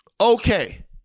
Okay